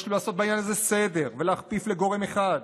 יש לעשות בעניין הזה סדר ולהכפיף לגורם אחד.